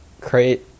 create